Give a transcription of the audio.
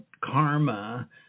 karma